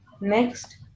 Next